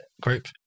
group